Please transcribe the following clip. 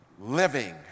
living